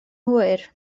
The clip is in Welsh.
hwyr